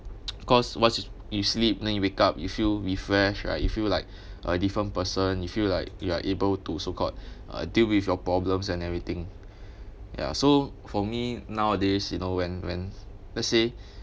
cause once you s~ you sleep and then you wake up you feel refreshed right you feel like a different person you feel like you are able to so called uh deal with your problems and everything ya so for me nowadays you know when when let's say